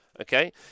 okay